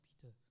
Peter